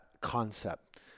concept